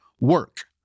Work